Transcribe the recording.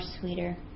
sweeter